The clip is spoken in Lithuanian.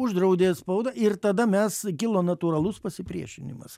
uždraudė spaudą ir tada mes kilo natūralus pasipriešinimas